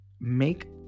make